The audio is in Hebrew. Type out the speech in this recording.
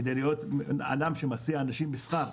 כדי להיות אדם שמסיע אנשים בשכר.